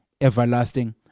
everlasting